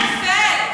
הכול נופל.